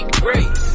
great